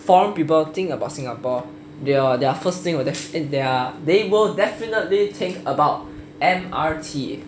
foreign people think about singapore their their first thing there they will definitely think about M_R_T